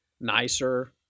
nicer